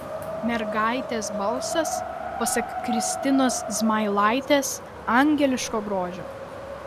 mergaitės balsas pasak kristinos zmailaitės angeliško grožio